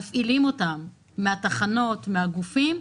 מפעילים אותם מהתחנות ומהגופים,